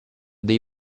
dei